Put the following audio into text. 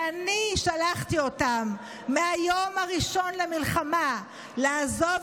שאני שלחתי אותן מהיום הראשון למלחמה לעזוב